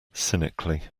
cynically